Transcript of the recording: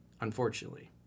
unfortunately